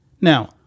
Now